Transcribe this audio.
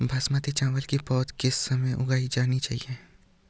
बासमती चावल की पौध किस समय उगाई जानी चाहिये?